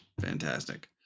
fantastic